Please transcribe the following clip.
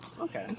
Okay